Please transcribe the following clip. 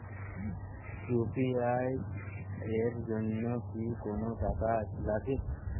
UPI এর জন্য কি কোনো টাকা লাগে?